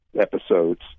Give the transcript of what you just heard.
episodes